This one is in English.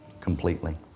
completely